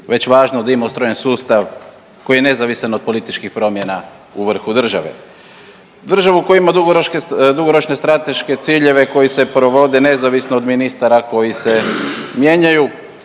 je važno da imamo ustrojen sustav koji je nezavisan od političkih promjena u vrhu države. Državu koja ima dugoročne strateške ciljeve koji se provode nezavisno od ministara koji se mijenjaju